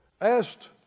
asked